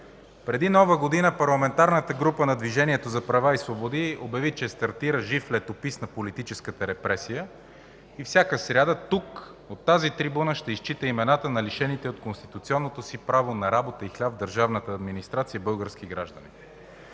Преди Нова година Парламентарната група на Движението за права и свободи обяви, че стартира жив летопис на политическата репресия и всяка сряда тук, от тази трибуна, ще изчита имената на лишените от конституционното си право на работа и хляб в държавната администрация български граждани.